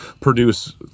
produce